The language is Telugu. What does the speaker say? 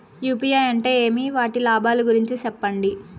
యు.పి.ఐ అంటే ఏమి? వాటి లాభాల గురించి సెప్పండి?